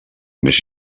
més